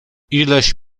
ileś